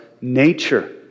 nature